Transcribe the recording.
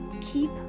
Keep